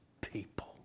people